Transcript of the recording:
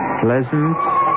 Pleasant